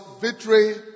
victory